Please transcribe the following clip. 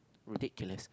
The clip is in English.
ridiculous